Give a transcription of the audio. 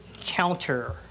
counter